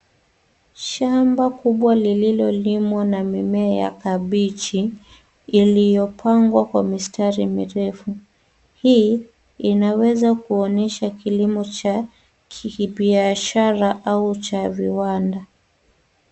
Shamba kubwa lililolimwa na mimea ya kabichi iliyopangwa kwa mistari mirefu. Hii inaweza kuonyesha kilimo cha kibiashara au cha viwanda.